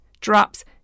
drops